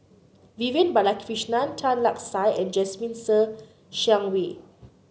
Vivian Balakrishnan Tan Lark Sye and Jasmine Ser Xiang Wei